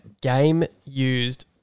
game-used